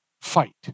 fight